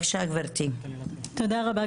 תודה רבה,